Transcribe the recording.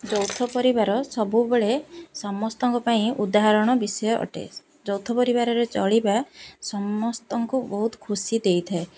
ଯୌଥ ପରିବାର ସବୁବେଳେ ସମସ୍ତଙ୍କ ପାଇଁ ଉଦାହରଣ ବିଷୟ ଅଟେ ଯୌଥ ପରିବାରରେ ଚଳିବା ସମସ୍ତଙ୍କୁ ବହୁତ ଖୁସି ଦେଇଥାଏ